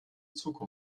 zukunft